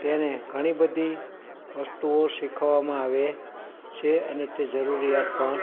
તેને ઘણી બધી વસ્તુઓ શીખવવામાં આવે છે અને તે જરુરિયાત પણ